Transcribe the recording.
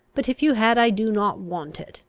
but, if you had, i do not want it.